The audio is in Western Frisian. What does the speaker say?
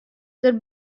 der